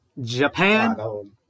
Japan